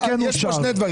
אז יש כאן שני דברים.